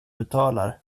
betalar